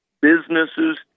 businesses